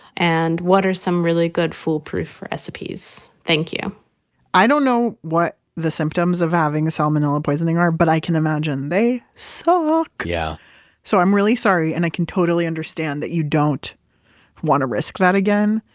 and what are some really good, foolproof recipes? thank you i don't know what the symptoms of having salmonella poisoning are, but i can imagine they so suck yeah so i'm really sorry, and i can totally understand that you don't want to risk that again,